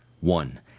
One